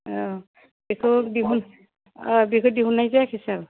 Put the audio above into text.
औ बेखौ दिहुन बेखौ दिहुननाय जायाखै सार